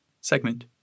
segment